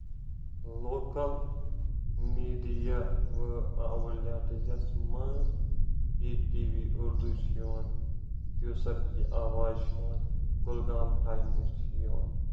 local media اولیٹزس یتھ منٛز ای ٹی وی اُردو چھُ یِوان کوثر کی آواز چھُ یِوان کُلگام ٹایمٕز چھُ یِوان